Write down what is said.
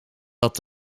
dat